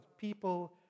people